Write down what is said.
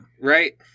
Right